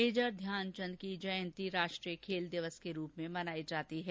major Dhyanchand की जयंती राष्ट्रीय खेल दिवस के रूप में मनाई जाती है